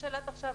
לתעופה.